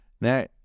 Now